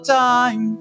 time